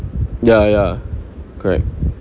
ya ya correct